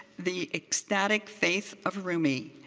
the ecstatic faith of rumi,